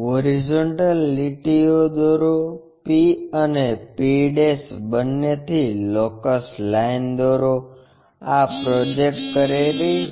horizontal લીટીઓ દોરો p અને p બંનેથી લોકસ લાઈન દોરો આ પ્રોજેક્ટ કરેલી